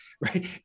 right